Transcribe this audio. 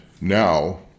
now